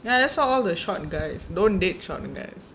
ya that's all the short guys don't date short guys